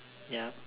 yup